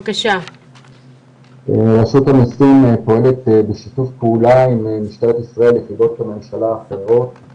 במשרד הפנים באגף העדות הלא יהודיות עובדים